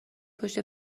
پشت